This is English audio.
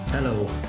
Hello